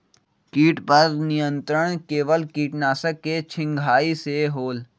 किट पर नियंत्रण केवल किटनाशक के छिंगहाई से होल?